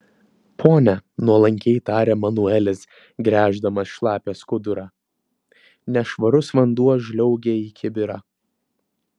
pone nuolankiai tarė manuelis gręždamas šlapią skudurą nešvarus vanduo žliaugė į kibirą